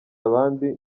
abandi